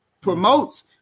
promotes